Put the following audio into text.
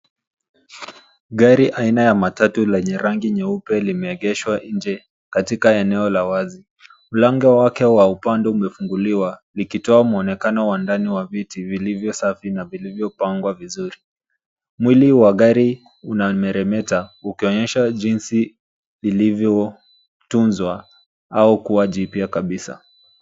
Gari aina ya matatu lenye rangi nyeupe limeegeshwa nje katika eneo la wazi. Mlango wake wa upande umefunguliwa ikitoa mwonekano wa ndani wa viti vilivyo safi na vilivyopangwa vizuri. Mwili wa gari unameremeta ukionyesha jinsi ilivyotuzwa au kuwa jipya kabisa.